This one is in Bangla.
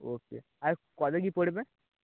ও কে আর কত কী পড়বে